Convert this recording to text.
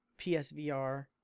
PSVR